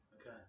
Okay